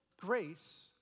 grace